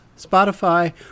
Spotify